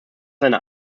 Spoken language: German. seiner